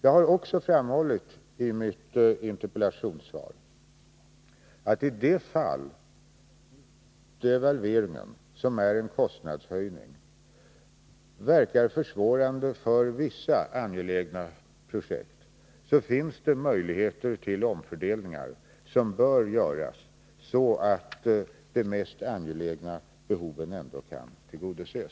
I mitt interpellationssvar har jag också framhållit att i de fall devalveringen, som är en kostnadshöjning, verkar försvårande för vissa angelägna projekt finns det möjligheter till omfördelningar som bör göras så att de mest angelägna behoven kan tillgodoses.